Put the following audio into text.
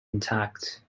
intact